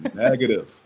negative